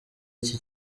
iki